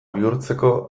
bihurtzeko